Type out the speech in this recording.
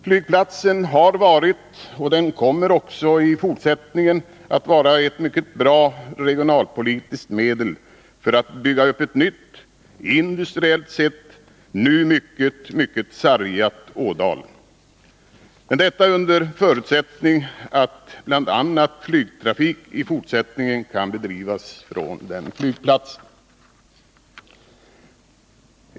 Flygplatsen har varit och den kommer också i fortsättningen att vara ett mycket bra regionalpolitiskt medel för att bygga upp ett nytt, industriellt sett, nu mycket, mycket sargat Ådalen, detta under förutsättning att flygtrafik i fortsättningen kan bedrivas på flygplatsen.